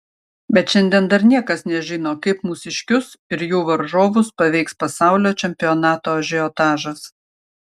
bet šiandien dar niekas nežino kaip mūsiškius ir jų varžovus paveiks pasaulio čempionato ažiotažas